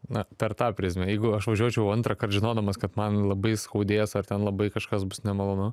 na per tą prizmę jeigu aš važiuočiau antrąkart žinodamas kad man labai skaudės ar ten labai kažkas bus nemalonu